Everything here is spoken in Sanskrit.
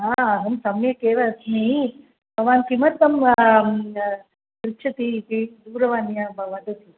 अहं सम्यक् एव अस्मि भवान् किमर्थं पृच्छति इति दूरवाण्या वदतु